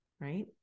right